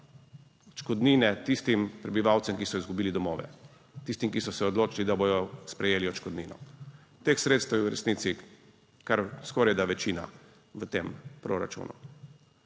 odškodnine tistim prebivalcem, ki so izgubili domove, tistim, ki so se odločili, da bodo sprejeli odškodnino, teh sredstev je v resnici kar skorajda večina v tem proračunu.